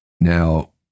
Now